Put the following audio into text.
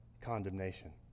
condemnation